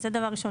זה דבר ראשון.